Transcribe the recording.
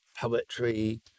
poetry